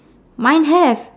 mine have